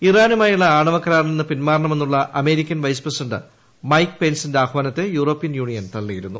ഇറാനുമായുള്ള ആണവ കരാറിൽ നിന്ന് പിൻമാറാണമെന്നുള്ള അമേരിക്കൻ വൈസ്പ്രസിഡന്റ് മൈക് പെൻസിന്റെ ആഹ്വാനത്തെ യൂറോപ്യൻ യൂണിയൻ തള്ളിയിരുന്നു